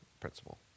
principle